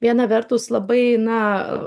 viena vertus labai na